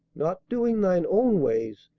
not doing thine own ways,